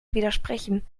widersprechen